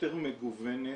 יותר מגוונת.